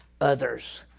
others